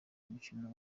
umukino